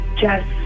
Jess